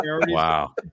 Wow